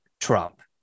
Trump